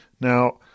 Now